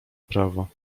prawo